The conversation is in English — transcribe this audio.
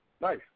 nice